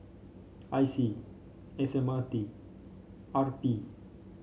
I C S M R T R P